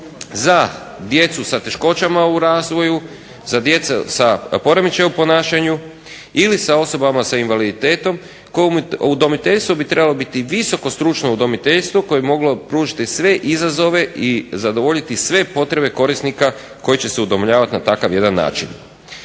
za djecu sa teškoćama u razvoju, za djecu sa poremećajima u ponašanju ili sa osobama sa invaliditetom koje udomiteljstvo bi trebalo biti visoko stručno udomiteljstvo koje bi mogle pružiti sve izazove i zadovoljiti sve potrebe korisnika koje će se udomljavati na takav jedan način.